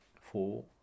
Four